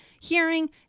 hearing